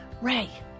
Ray